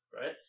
right